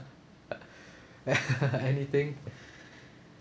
anything